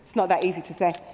is not that easy to say!